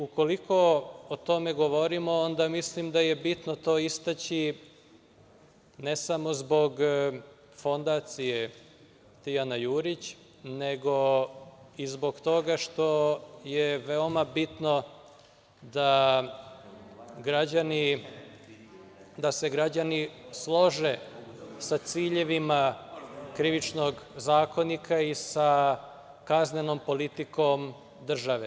Ukoliko o tome govorimo onda mislim da je bitno to istaći ne samo zbog Fondacije „Tijana Jurić“, nego i zbog toga što je veoma bitno da građani, da se građani slože sa ciljevima Krivičnog zakonika i sa kaznenom politikom države.